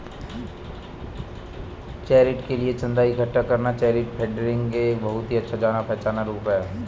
charity के लिए चंदा इकट्ठा करना चैरिटी फंडरेजिंग का एक बहुत ही जाना पहचाना रूप है